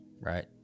right